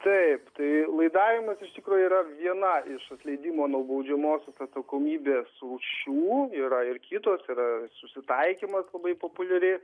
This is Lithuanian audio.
taip tai laidavimas iš tikrųjų yra viena iš atleidimo nuo baudžiamosios atsakomybės rūšių yra ir kitos yra susitaikymas labai populiari